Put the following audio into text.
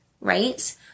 right